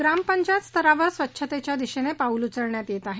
ग्रामपंचायत स्तरावर स्वच्छतेच्या दिशेने पाऊल उचलण्यात येत आहेत